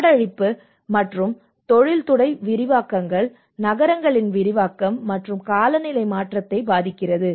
காடழிப்பு என்பது தொழில்துறை விரிவாக்கங்கள் நகரங்களின் விரிவாக்கம் மற்றும் காலநிலை மாற்றத்தை பாதிக்கிறது